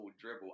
dribble